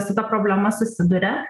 su ta problema susiduria